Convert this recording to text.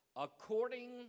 according